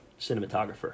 cinematographer